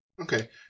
Okay